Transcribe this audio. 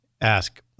ask